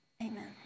Amen